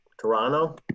Toronto